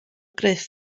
gruff